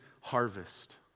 harvest